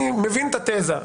אני מבין את התזה.